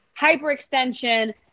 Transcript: hyperextension